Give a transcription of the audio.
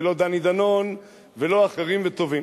ולא דני דנון ולא אחרים וטובים.